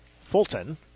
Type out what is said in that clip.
Fulton